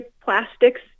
plastics